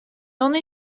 only